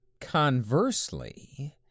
conversely